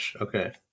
okay